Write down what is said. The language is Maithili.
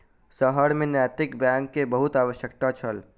शहर में नैतिक बैंक के बहुत आवश्यकता छल